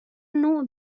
نوع